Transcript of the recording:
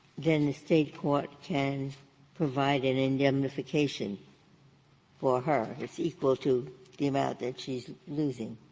then the state court can provide an indemnification for her that's equal to the amount that she's losing.